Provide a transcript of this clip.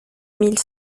mille